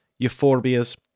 Euphorbias